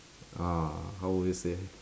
ah how would you say